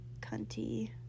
cunty